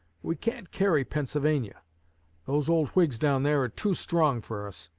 we can't carry pennsylvania those old whigs down there are too strong for us.